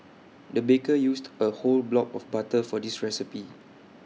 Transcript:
the baker used A whole block of butter for this recipe